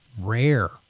rare